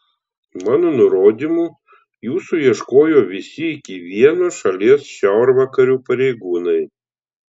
mano nurodymu jūsų ieškojo visi iki vieno šalies šiaurvakarių pareigūnai